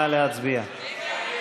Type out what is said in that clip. נא להצביע.